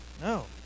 No